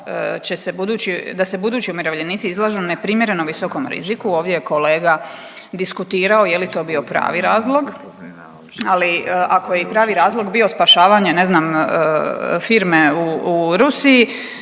da se budući umirovljenici izlažu neprimjereno visokom riziku, ovdje je kolega diskutirao je li to bio pravi razlog, ali ako je i pravi razlog bio spašavanje ne znam firme u Rusiji